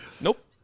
Nope